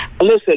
listen